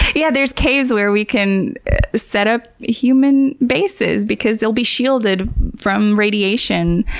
yeah, there's caves where we can set up human bases because they'll be shielded from radiation,